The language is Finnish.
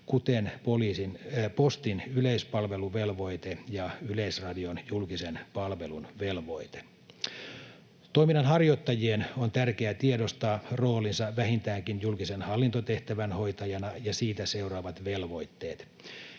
kuten Postin yleispalveluvelvoite ja Yleisradion julkisen palvelun velvoite. Toiminnanharjoittajien on tärkeää tiedostaa roolinsa vähintäänkin julkisen hallintotehtävän hoitajana ja siitä seuraavat velvoitteet.